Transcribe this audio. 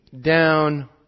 down